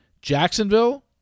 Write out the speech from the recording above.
Jacksonville